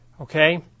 okay